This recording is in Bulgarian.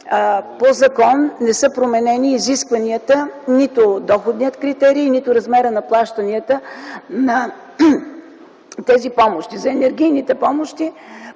по закон не са променени изискванията нито за доходния критерий, нито размерът на плащанията на тези помощи. За енергийните помощи